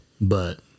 but-